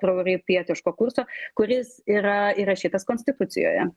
proeuropietiško kurso kuris yra įrašytas konstitucijoje